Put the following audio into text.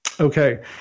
Okay